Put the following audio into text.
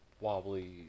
wobbly